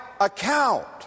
account